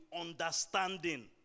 understanding